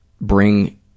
bring